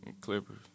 Clippers